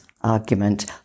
argument